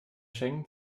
schengen